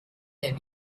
der